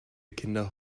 kinder